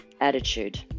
Attitude